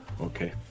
Okay